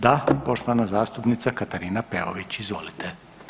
Da, poštovana zastupnica Katarina Peović, izvolite.